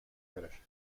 british